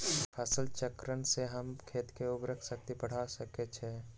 फसल चक्रण से हम खेत के उर्वरक शक्ति बढ़ा सकैछि?